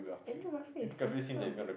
Andrew-Garfield is handsome